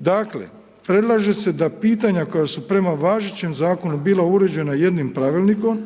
Dakle, predlaže se da pitanja koja su prema važećem zakonu bila uređena jednim pravilnikom,